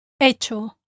Hecho